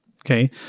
Okay